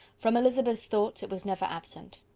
from elizabeth's thoughts it was never absent.